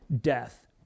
death